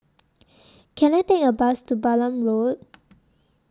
Can I Take A Bus to Balam Road